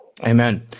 Amen